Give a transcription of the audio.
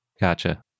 Gotcha